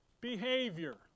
behavior